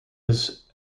has